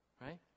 right